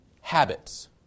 habits